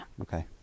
Okay